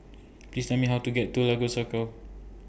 Please Tell Me How to get to Lagos Circle